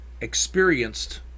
experienced